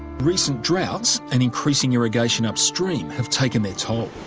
recent droughts and increasing irrigation upstream have taken their toll.